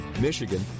Michigan